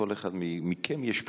לכל אחד מכם יש בחירות.